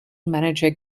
manager